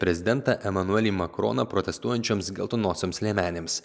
prezidentą emanuelį makroną protestuojančioms geltonosioms liemenėms